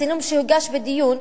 הצילום שהוגש בדיון,